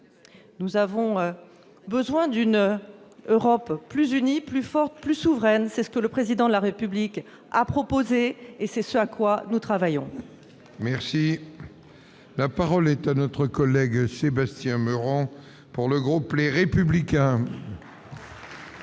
Nous avons besoin d'une Europe plus unie, plus forte et plus souveraine. C'est ce que le Président de la République a proposé et c'est à cela que nous travaillons. La parole est à M. Sébastien Meurant, pour le groupe Les Républicains. Monsieur